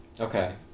Okay